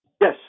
Yes